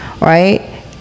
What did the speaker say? right